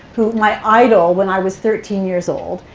my idol when i was thirteen years old.